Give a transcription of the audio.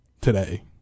today